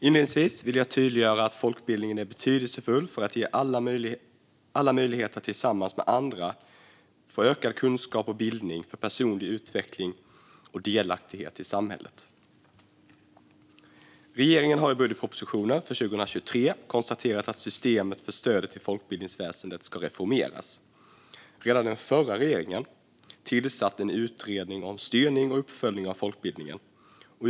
Inledningsvis vill jag tydliggöra att folkbildningen är betydelsefull för att ge alla möjlighet att tillsammans med andra få ökad kunskap och bildning för personlig utveckling och delaktighet i samhället. Regeringen har i budgetpropositionen för 2023 konstaterat att systemet för stödet till folkbildningsväsendet ska reformeras. Redan den förra regeringen tillsatte en utredning om styrning och uppföljning av folkbildningen.